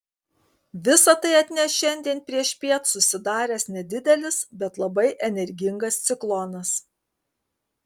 visa tai atneš šiandien priešpiet susidaręs nedidelis bet labai energingas ciklonas